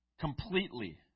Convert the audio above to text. completely